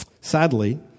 sadly